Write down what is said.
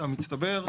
המצטבר,